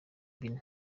bine